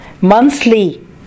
monthly